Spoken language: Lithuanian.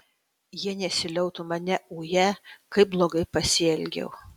jie nesiliautų mane uję kaip blogai pasielgiau